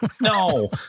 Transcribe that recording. no